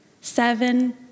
Seven